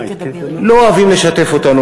לא אוהבים לשתף אותנו,